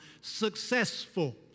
successful